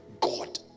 God